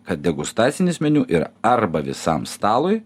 kad degustacinis meniu yra arba visam stalui